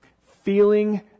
Feeling